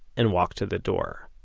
and walked to the door.